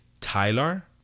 Tyler